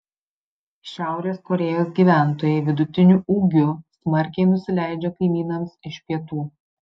šiaurės korėjos gyventojai vidutiniu ūgiu smarkiai nusileidžia kaimynams iš pietų